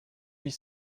huit